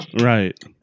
Right